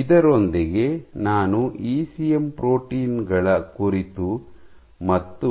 ಇದರೊಂದಿಗೆ ನಾನು ECM protein ಗಳ ಕುರಿತು ಮತ್ತು